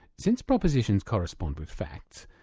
since propositions correspond with facts,